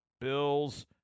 Bills